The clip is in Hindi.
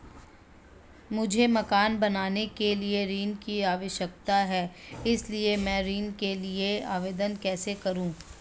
मुझे मकान बनाने के लिए ऋण की आवश्यकता है इसलिए मैं ऋण के लिए आवेदन कैसे करूं?